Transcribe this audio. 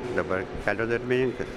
dabar kelio darbininkas